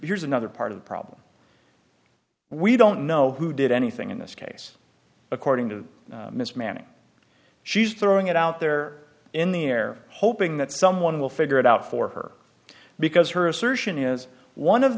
here's another part of the problem we don't know who did anything in this case according to mismanage she's throwing it out there in the air hoping that someone will figure it out for her because her assertion is one of